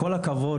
עובדה,